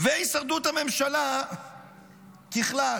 והישרדות הממשלה בכלל,